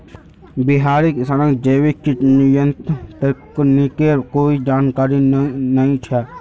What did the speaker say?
बिहारी किसानक जैविक कीट नियंत्रण तकनीकेर कोई जानकारी नइ छ